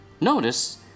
Notice